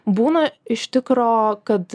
būna iš tikro kad